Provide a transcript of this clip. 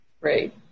great